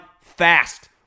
fast